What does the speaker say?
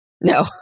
No